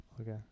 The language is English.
Okay